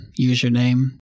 username